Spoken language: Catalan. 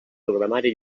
programari